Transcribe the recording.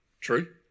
true